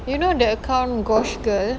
you know the account gosh girl